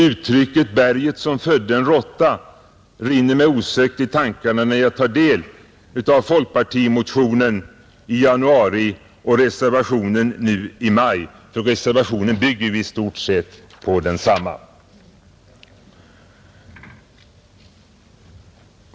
Uttrycket ”berget som födde en råtta” rinner mig osökt i tankarna när jag tar del av folkpartimotionen i januari och reservationen nu i maj — reservationen bygger ju i stort sett på denna motion.